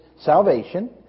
salvation